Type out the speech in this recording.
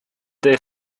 their